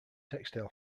textile